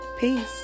Peace